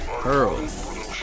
Pearl